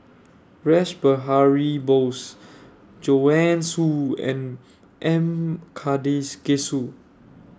Rash Behari Bose Joanne Soo and M Karthigesu